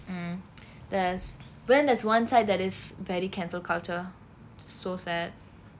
mm there's but then there's one side that is very cancel culture so sad